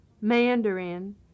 Mandarin